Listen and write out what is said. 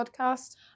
podcast